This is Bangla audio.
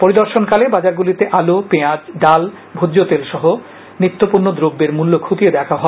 পরিদর্শন কালে বাজারগুলিতে আলু পেঁয়াজ ডাল ভোজ্যতেল সহ ইত্যাদি নিত্যপণ্য দ্রব্যের মূল্য খতিয়ে দেখা হয়